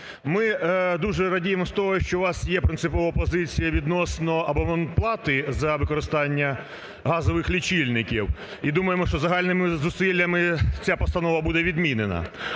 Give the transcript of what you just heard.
Ми дуже радіємо з того, що у вас є принципова позиція відносно абонплати за використання газових лічильників і, думаємо, що загальними зусиллями ця постанова буде відмінена.